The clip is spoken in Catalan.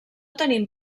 tenim